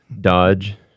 Dodge